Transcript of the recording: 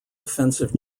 offensive